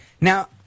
Now